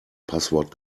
passwort